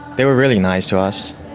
they were really nice to us